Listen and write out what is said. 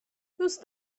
دوست